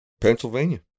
Pennsylvania